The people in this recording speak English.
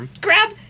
grab